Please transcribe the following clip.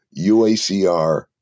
UACR